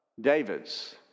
David's